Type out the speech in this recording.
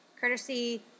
courtesy